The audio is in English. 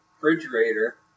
refrigerator